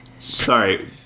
Sorry